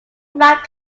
about